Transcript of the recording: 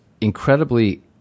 incredibly